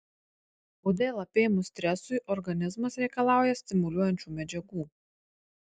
kodėl apėmus stresui organizmas reikalauja stimuliuojančių medžiagų